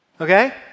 Okay